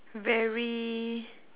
very